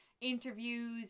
interviews